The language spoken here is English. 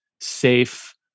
safe